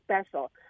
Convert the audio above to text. special